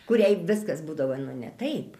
kuriai viskas būdavo ne taip